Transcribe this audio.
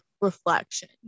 reflection